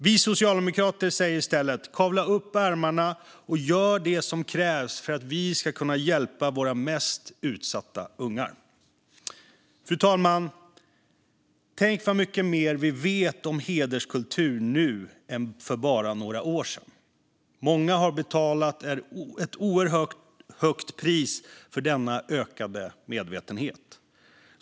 Vi socialdemokrater säger i stället: Kavla upp ärmarna och gör det som krävs för att vi ska kunna hjälpa våra mest utsatta ungar! Fru talman! Tänk vad mycket mer vi vet om hederskultur nu än för bara några år sedan! Många har betalat ett oerhört högt pris för denna ökade medvetenhet.